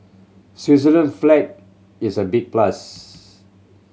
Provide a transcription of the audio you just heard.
Switzerland flag is a big plus